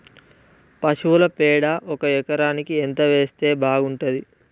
పశువుల పేడ ఒక ఎకరానికి ఎంత వేస్తే బాగుంటది?